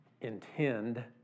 intend